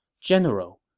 General